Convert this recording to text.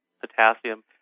potassium